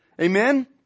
Amen